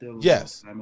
Yes